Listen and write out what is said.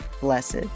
blessed